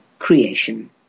creation